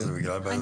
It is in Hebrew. בגלל בעיות טכניות?